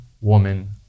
woman